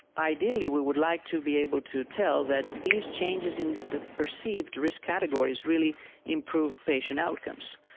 ideally we would like to be able to tell that these changes in the perceived risk categories really improve patient outcomes.